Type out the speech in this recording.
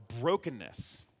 brokenness